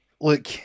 look